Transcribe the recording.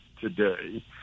today